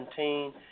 2017